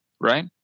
right